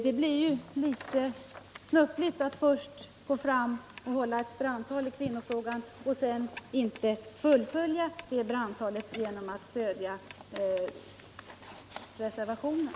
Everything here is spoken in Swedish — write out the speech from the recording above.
Det är litet snöpligt att först gå fram och hålla ett brandtal i kvinnofrågan och sedan inte fullfölja det brandtalet genom att stödja reservationen.